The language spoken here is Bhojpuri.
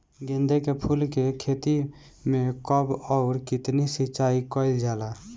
गेदे के फूल के खेती मे कब अउर कितनी सिचाई कइल जाला?